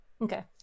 Okay